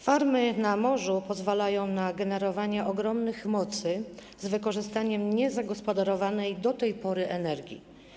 Farmy na morzu pozwalają na generowanie ogromnych mocy z wykorzystaniem niezagospodarowanej do tej pory energii.